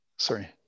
Sorry